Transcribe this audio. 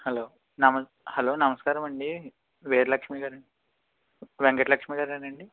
hello నమ నమస్కారం అండి వీరలక్ష్మి గారు అండి వెంకటలక్ష్మి గారేనా అండి